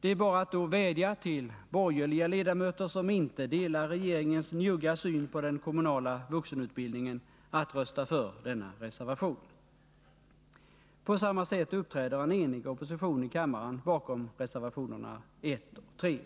Det är bara att då vädja till borgerliga ledamöter som inte delar regeringens njugga syn på den kommunala vuxenutbildningen att rösta för denna reservation. På samma sätt uppträder en enig opposition i kammaren bakom reservationerna 1 och 3.